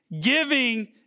Giving